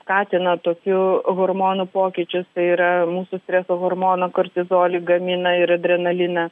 skatina tokiu hormonų pokyčius tai yra mūsų streso hormoną kortizolį gamina ir adrenaliną